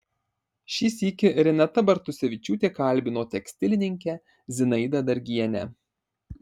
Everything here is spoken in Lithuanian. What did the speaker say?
šį sykį renata bartusevičiūtė kalbino tekstilininkę zinaidą dargienę